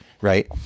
right